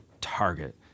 target